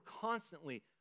constantly